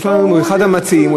הוא אחד המציעים,